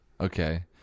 okay